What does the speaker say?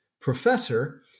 professor